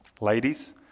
ladies